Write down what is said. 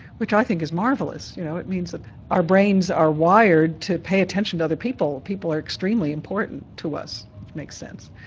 which i think is marvellous, you know it means that our brains are wired to pay attention to other people, people are extremely important to us, which makes sense.